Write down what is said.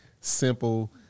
simple